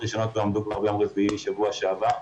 ראשונות עומדות מיום רביעי בשבוע שעבר.